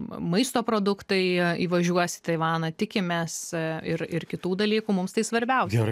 maisto produktai įvažiuos į taivaną tikimės ir ir kitų dalykų mums tai svarbiausia